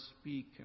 speak